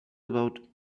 about